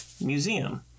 museum